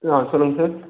ஆ சொல்லுங்க சார்